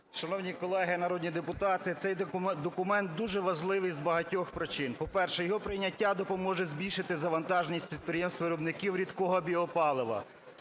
Шановні колеги народні депутати, цей документ дуже важливий з багатьох причин. По-перше, його прийняття допоможе збільшити завантаженість підприємств виробників рідкого біопалива,